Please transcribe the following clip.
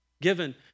given